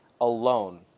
alone